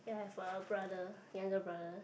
ya I've a brother younger brother